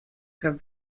have